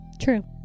True